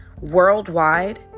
worldwide